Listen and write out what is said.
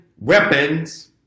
weapons